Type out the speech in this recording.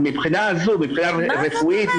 מהבחינה הזו מבחינה רפואית,